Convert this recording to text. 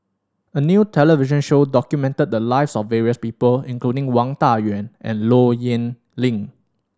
a new television show documented the lives of various people including Wang Dayuan and Low Yen Ling